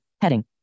Heading